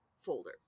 folder